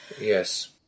yes